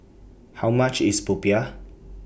How much IS Popiah